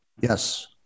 Yes